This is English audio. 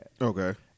okay